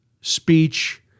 speech